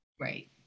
Right